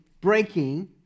Breaking